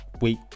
wait